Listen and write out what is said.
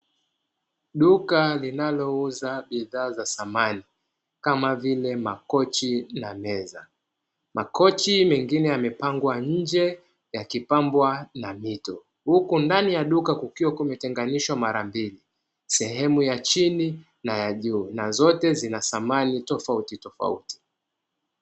Duka linalouza bidhaa za thamani kama vile makochi na meza, makochi mengine yanepangwa nje yakipambwa na mito, huku ndani ya duka kukiwa kumetenganishwa mara mbili sehemu ya chini na juu na zote zikiwa na thamani tofauti tofauti.